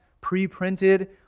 pre-printed